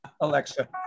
Alexa